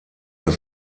der